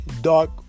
dark